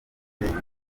impamvu